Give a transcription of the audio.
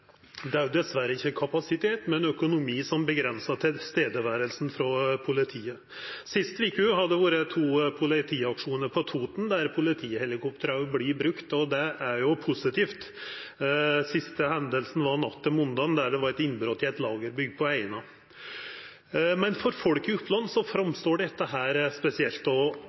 Det er dessverre ikkje kapasitet, men økonomi som avgrensar nærværet til politiet. Sist veke har det vore to politiaksjonar på Toten, der politihelikoptera òg vert brukte, og det er jo positivt. Den siste hendelsen var natt til måndag, der det var eit innbrot i eit lagerbygg på Eina. Men for folk i Oppland framstår dette som spesielt – og